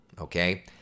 Okay